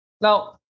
Now